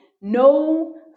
no